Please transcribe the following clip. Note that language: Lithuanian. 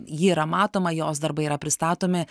ji yra matoma jos darbai yra pristatomi